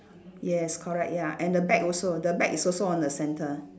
yes correct ya and the bag also the bag is also on the centre